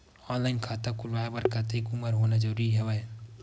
Online खाता खुलवाय बर कतेक उमर होना जरूरी हवय?